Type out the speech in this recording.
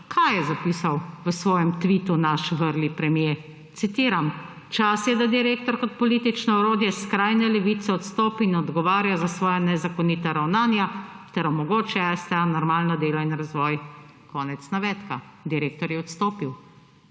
kaj je zapisal v svojem tvitu naš vrli premier? Citiram: »Čas je, da direktor kot politično orodje skrajne levice odstopi in odgovarja za svoja nezakonita ravnanja ter omogoči STA normalno delo in razvoj.« Konec navedka. Direktor je odstopil.